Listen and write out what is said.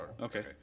Okay